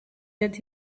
that